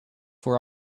where